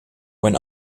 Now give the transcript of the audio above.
when